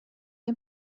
این